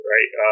Right